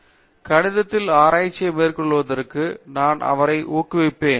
பேராசிரியர் அரிந்தமா சிங் கணிதத்தில் ஆராய்ச்சியை மேற்கொள்வதற்கு நான் அவரை ஊக்குவிப்பேன்